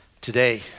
Today